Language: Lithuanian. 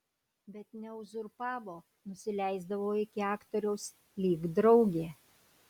bet neuzurpavo nusileisdavo iki aktoriaus lyg draugė